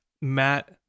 Matt